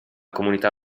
comunità